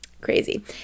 crazy